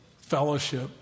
fellowship